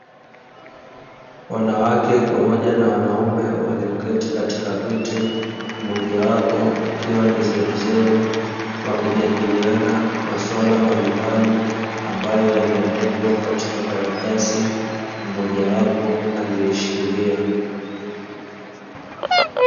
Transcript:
Wanawake pamoja na wanaume walioketi katika viti mmoja wapo akiwa ni zeruzeru, wakijadiliana maswala mbalimbali ambayo yameandikwa katika karatasi mmoja wapo aliyeishikilia.